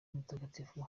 mutagatifu